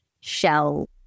shell